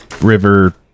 River